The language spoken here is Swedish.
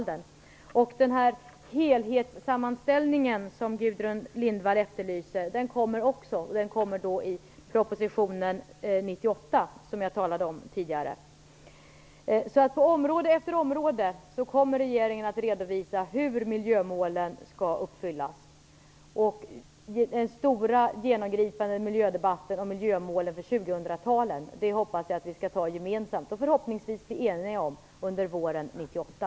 Den helhetssammanställning som Gudrun Lindvall efterlyser kommer också. Den kommer i propositionen 1998, som jag talade om tidigare. På område efter område kommer regeringen att redovisa hur miljömålen skall uppfyllas. Den stora genomgripande miljödebatten om miljömålen för 2000-talet hoppas jag att vi skall ta gemensamt och förhoppningsvis bli eniga om målen under våren 1998.